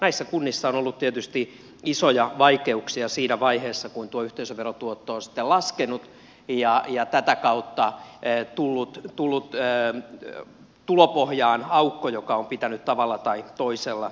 näissä kunnissa on ollut tietysti isoja vaikeuksia siinä vaiheessa kun tuo yhteisöverotuotto on sitten laskenut ja tätä kautta tullut tulopohjaan aukko joka on pitänyt tavalla tai toisella pyrkiä täyttämään